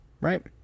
right